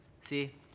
See